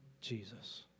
Jesus